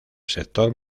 sector